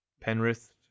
Penrith